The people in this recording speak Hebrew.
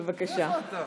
בבקשה.